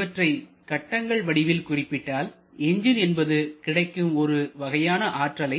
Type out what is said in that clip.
இவற்றை கட்டங்கள் வடிவில் குறிப்பிட்டால் என்ஜின் என்பது கிடைக்கும் ஒரு வகையான ஆற்றலை